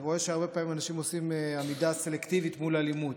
אני רואה שהרבה פעמים אנשים עושים עמידה סלקטיבית מול אלימות,